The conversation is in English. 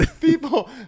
people